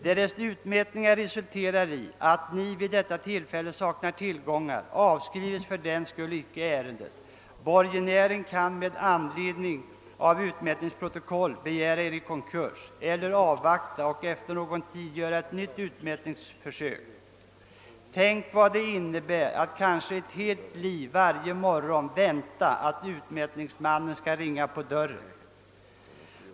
Därest utmätningen resulterar i att Ni vid detta tillfälle saknar tillgångar, avskrives för den skull icke ärendet. Borgenären kan med ledning av utmätningsprotokollet begära Er i konkurs, eller avvakta och efter någon tid göra ett nytt utmätningsförsök. Tänk på vad det innebär att kanske ett helt liv varje morgon vänta att utmätningsmannen skall ringa på dörren!